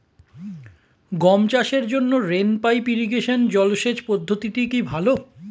গম চাষের জন্য রেইন পাইপ ইরিগেশন জলসেচ পদ্ধতিটি কি ভালো?